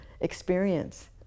experience